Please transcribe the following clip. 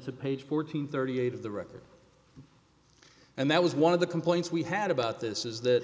to page fourteen thirty eight of the record and that was one of the complaints we had about this is that